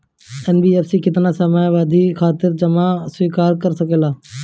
NBFC केतना समयावधि खातिर जमा स्वीकार कर सकला?